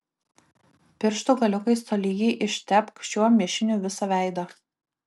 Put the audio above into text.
pirštų galiukais tolygiai ištepk šiuo mišiniu visą veidą